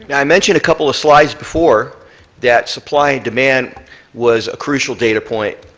yeah i mentioned a couple of slides before that supply and demand was a crucial data point,